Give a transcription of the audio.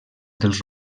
dels